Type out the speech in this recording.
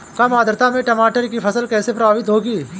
कम आर्द्रता में टमाटर की फसल कैसे प्रभावित होगी?